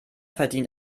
verdient